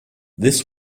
this